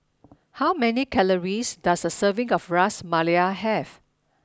how many calories does a serving of Ras Malai have